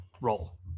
roll